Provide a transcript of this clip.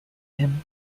him